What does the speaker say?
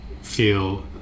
feel